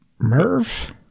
Merv